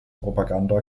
propaganda